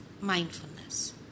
mindfulness